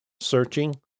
searching